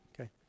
Okay